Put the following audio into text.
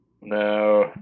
No